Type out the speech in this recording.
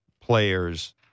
players